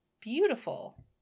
beautiful